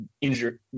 injured